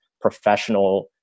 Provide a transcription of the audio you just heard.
professional